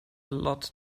lot